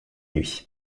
nuit